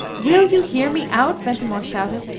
will you hear me out? ventimore shouted.